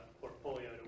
portfolio